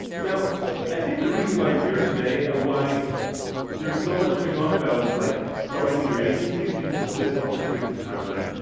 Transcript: now i think the reason why i'm here today and why there's so much going on about like starting your agency is because of this opportunity timeline.